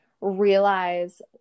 realize